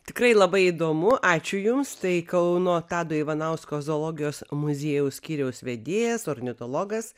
tikrai labai įdomu ačiū jums tai kauno tado ivanausko zoologijos muziejaus skyriaus vedėjas ornitologas